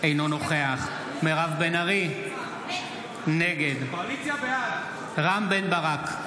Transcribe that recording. אינו נוכח מירב בן ארי, נגד רם בן ברק,